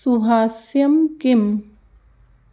सुहास्यं किम्